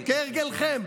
כהרגלכם,